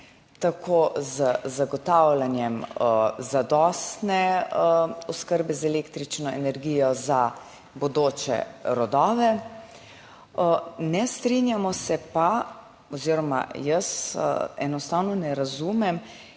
tako z zagotavljanjem zadostne oskrbe z električno energijo za bodoče rodove, ne strinjamo se pa oziroma jaz enostavno ne razumem,